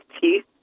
teeth